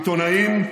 עיתונאים,